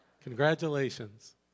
Congratulations